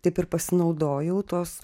taip ir pasinaudojau tuos